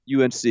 UNC